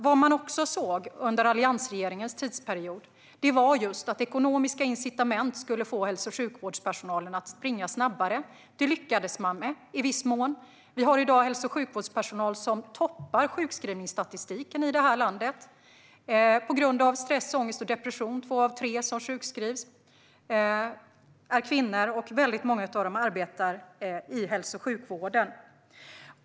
Vad man också såg under alliansregeringens tid var att ekonomiska incitament skulle få hälso och sjukvårdspersonalen att springa snabbare. Detta lyckades man i viss mån med - vi har i dag hälso och sjukvårdspersonal som toppar sjukskrivningsstatistiken i landet på grund av stress, ångest och depression. Två av tre som sjukskrivs är kvinnor, och väldigt många av dem arbetar i hälso och sjukvården.